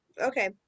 okay